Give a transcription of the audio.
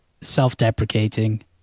self-deprecating